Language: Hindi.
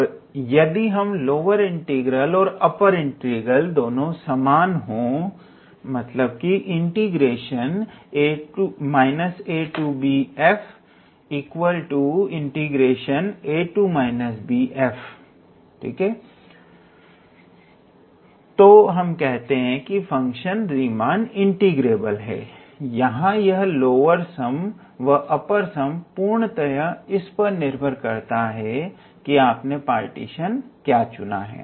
और यदि यह लोअर इंटीग्रल व अपर इंटीग्रल समान है तो हम कहते हैं कि फंक्शन रीमान इंटीग्रेबल है यहां यह लोअर सम व अपर सम पूर्णतया इस पर निर्भर करते हैं कि आपने पार्टीशन क्या चुना है